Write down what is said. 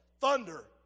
thunder